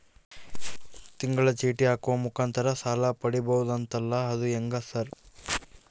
ತಿಂಗಳ ಚೇಟಿ ಹಾಕುವ ಮುಖಾಂತರ ಸಾಲ ಪಡಿಬಹುದಂತಲ ಅದು ಹೆಂಗ ಸರ್?